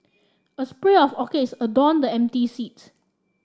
a spray of orchids adorned the empty seat